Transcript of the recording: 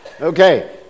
Okay